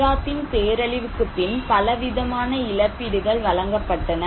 குஜராத்தில் பேரழிவுக்குப் பின் பலவிதமான இழப்பீடுகள் வழங்கப்பட்டன